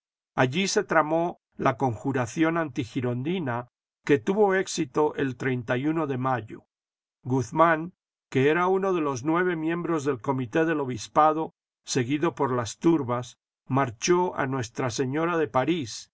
allí se tramó la conjuración antigirondina que tuvo éxito el de mayo guzmán que era uno de los nueve miembros del comité del obispado seguido por las turbas marchó a nuestra señora de parís